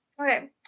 Okay